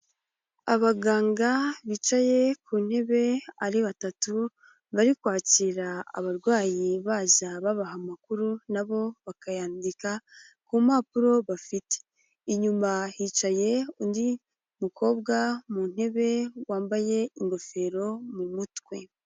Abaganga bicaye ku ntebe ari batatu, bari kwakira abarwayi baza babaha amakuru nabo bakayandika ku mpapuro bafite, inyuma hicaye undi mukobwa mu ntebe wambaye ingofero mu mutwe.